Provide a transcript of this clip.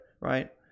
right